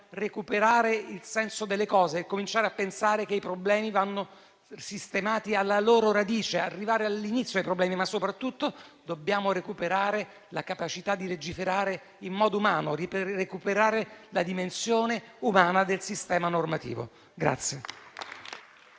recuperare il senso delle cose e cominciare a pensare che i problemi vanno sistemati alla loro radice e che dobbiamo arrivare all'inizio ai problemi. Ma soprattutto dobbiamo recuperare la capacità di legiferare in modo umano, recuperare la dimensione umana del sistema normativo.